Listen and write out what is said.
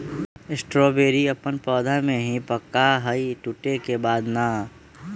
strawberry अपन पौधा में ही पका हई टूटे के बाद ना